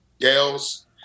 gals